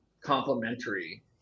complementary